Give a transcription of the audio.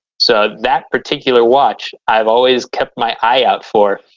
so, that particular watch, i've always kept my eye out for,